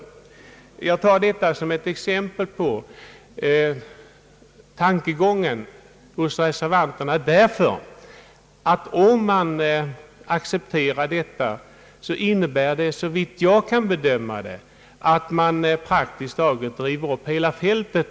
Jag tar detta som ett exempel på tankegången hos reservanterna, därför att om man accepterar detta så innebär det, såvitt jag kan bedöma det, att man praktiskt taget river upp hela fältet.